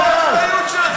איפה האחריות שלכם?